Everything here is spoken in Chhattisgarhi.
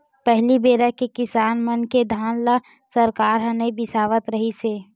पहली बेरा के किसान मन के धान ल सरकार ह नइ बिसावत रिहिस हे